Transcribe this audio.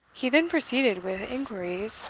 he then proceeded with inquiries,